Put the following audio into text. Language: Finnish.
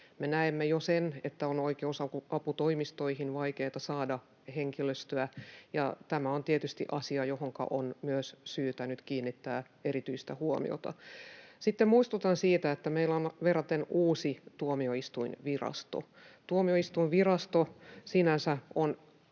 näemme jo sen, että oikeusaputoimistoihin on vaikeata saada henkilöstöä, ja tämä on tietysti asia, johonka on myös syytä nyt kiinnittää erityistä huomiota. Sitten muistutan siitä, että meillä on verraten uusi Tuomioistuinvirasto. Tuomioistuinvirasto sinänsä on